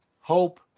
hope